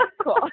Cool